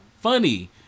funny